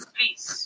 Please